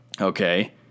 okay